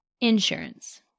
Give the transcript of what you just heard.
Insurance